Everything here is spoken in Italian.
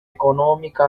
economica